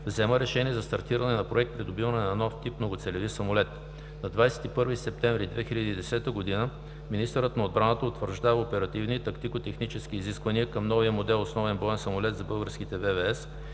взема решение за стартиране на проект „Придобиване на нов тип многоцелеви самолет“; - на 21 септември 2010 г. министърът на отбраната утвърждава „Оперативни и тактико-технически изисквания към новия модел основен боен самолет за българските ВВС